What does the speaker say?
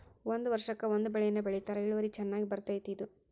ಒಂದ ವರ್ಷಕ್ಕ ಒಂದ ಬೆಳೆಯನ್ನಾ ಬೆಳಿತಾರ ಇಳುವರಿ ಚನ್ನಾಗಿ ಬರ್ತೈತಿ ಇದು